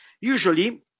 Usually